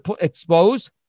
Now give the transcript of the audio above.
exposed